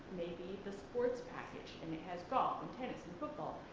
maybe the sports package and it has golf, and tennis, and football.